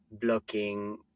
blocking